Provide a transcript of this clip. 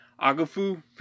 Agafu